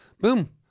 Boom